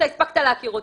אתה הספקת להכיר אותי.